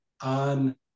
on